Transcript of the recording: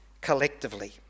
collectively